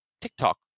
tiktok